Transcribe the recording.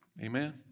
Amen